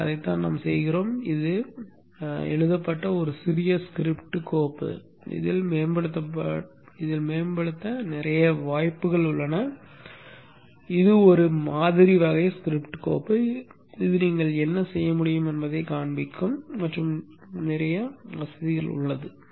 எனவே அதைத்தான் நாம் செய்கிறோம் இது எழுதப்பட்ட ஒரு சிறிய ஸ்கிரிப்ட் கோப்பு இதில் மேம்படுத்த நிறைய வாய்ப்புகள் உள்ளன இது ஒரு மாதிரி வகை ஸ்கிரிப்ட் கோப்பு இது நீங்கள் என்ன செய்ய முடியும் என்பதைக் காண்பிக்கும் மற்றும் நிறைய உள்ளது